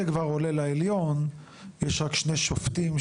כבר עולה לעליון יש שם שני שופטים.